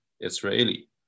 Israeli